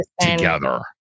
together